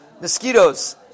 Mosquitoes